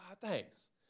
Thanks